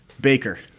baker